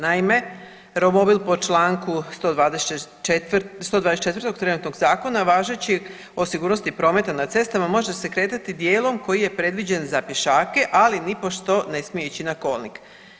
Naime, romobil po članku 124. trenutnog zakona važeći o sigurnosti prometa na cestama može se kretati dijelom koji je predviđen za pješake, ali nipošto ne smije ići na kolnik.